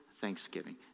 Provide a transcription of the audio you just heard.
thanksgiving